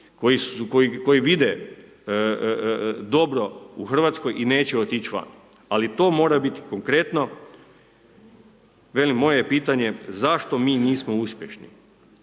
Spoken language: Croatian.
koji vide dobro u Hrvatskoj i neće otići van, ali to mora biti konkretno. Velim, moje je pitanje zašto mi nismo uspješni?